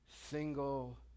single